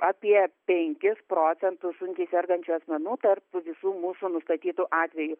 apie penkis procentus sunkiai sergančių asmenų tarp visų mūsų nustatytų atvejų